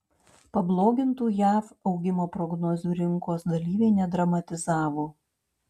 pablogintų jav augimo prognozių rinkos dalyviai nedramatizavo